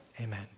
amen